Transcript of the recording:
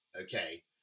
okay